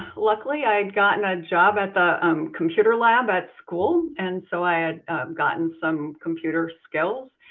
luckily i had gotten a job at the um computer lab at school, and so i had gotten some computer skills.